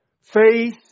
Faith